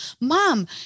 mom